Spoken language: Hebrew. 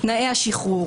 בתנאי השחרור,